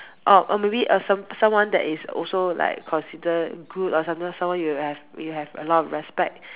orh oh maybe some someone that is also like considered good or someone you have you have a lot of respect